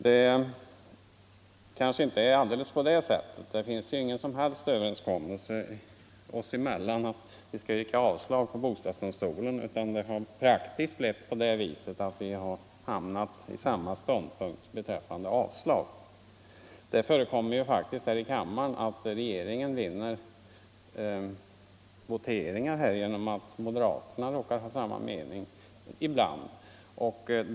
Det kanske inte är alldeles på det sättet. Det finns ingen som helst överenskommelse oss emellan att vi skall yrka avslag på förslaget om inrättande av bostadsdomstol, utan det har praktiskt blivit så att vi har hamnat på samma ståndpunkt. Det förekommer faktiskt här i kammaren att regeringen vinner voteringar genom att moderaterna råkar ha samma mening.